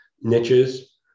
niches